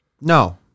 no